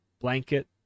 blanket